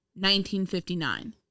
1959